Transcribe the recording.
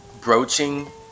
broaching